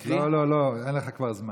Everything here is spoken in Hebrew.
כבר אין לך זמן להקריא.